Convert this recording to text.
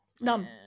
None